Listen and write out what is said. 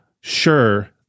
sure